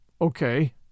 okay